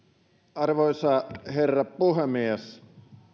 arvoisa herra puhemies